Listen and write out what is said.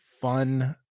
fun